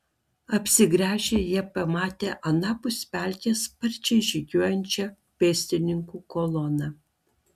apsigręžę jie pamatė anapus pelkės sparčiai žygiuojančią pėstininkų koloną